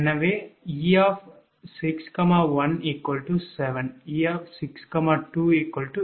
எனவே 𝑒 61 7 𝑒 62 8